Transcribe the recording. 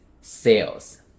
sales